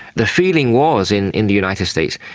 the feeling was in in the united states,